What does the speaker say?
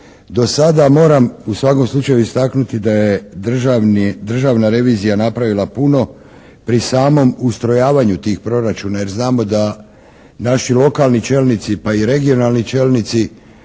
Do sada moram u svakom slučaju istaknuti da je Državna revizija napravila puno pri samom ustrojavanju tih proračuna, jer znamo da naši lokalni čelnici, pa i regionalni čelnici